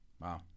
Wow